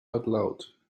out